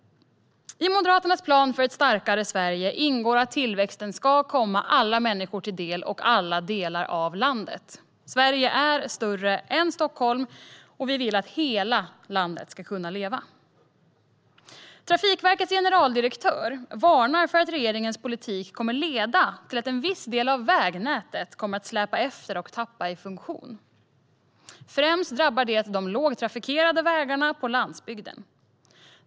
I Moderaternas plan för ett starkare Sverige ingår att tillväxten ska komma alla människor till del i alla delar av landet. Sverige är större än Stockholm, och vi vill att hela landet ska kunna leva. Trafikverkets generaldirektör varnar för att regeringens politik kommer att leda till att en viss del av vägnätet kommer att släpa efter och tappa i funktion. Främst drabbar det de lågtrafikerade vägarna på landsbygden.